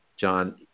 john